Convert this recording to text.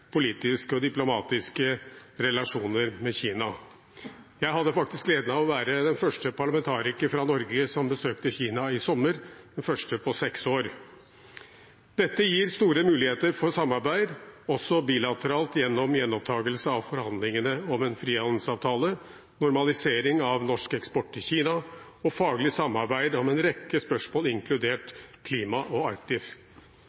politiske og diplomatiske relasjoner med Kina. Jeg hadde faktisk gleden av å være den første parlamentariker fra Norge som besøkte Kina på seks år, i sommer. Dette gir store muligheter for samarbeid, også bilateralt, gjennom gjenopptakelse av forhandlingene om en frihandelsavtale, normalisering av norsk eksport til Kina og faglig samarbeid om en rekke spørsmål,